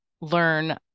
learn